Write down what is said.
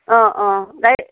অ অ গাড়ী